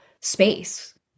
space